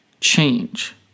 change